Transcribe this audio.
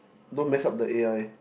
don't mess up the A_I